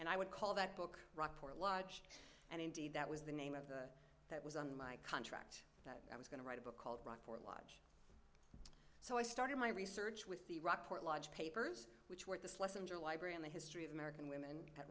and i would call that book rockport lodge and indeed that was the name of the that was on my contract i was going to write a book called rockport lot so i started my research with the rockport lodge papers which were at this lesson your library on the history of american women